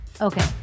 Okay